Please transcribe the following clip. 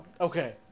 Okay